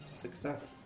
Success